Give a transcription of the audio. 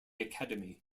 academy